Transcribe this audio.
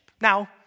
Now